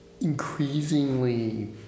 increasingly